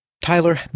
Tyler